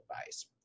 advice